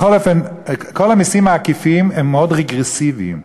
בכל אופן, כל המסים העקיפים הם מאוד רגרסיביים,